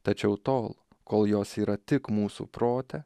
tačiau tol kol jos yra tik mūsų prote